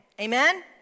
Amen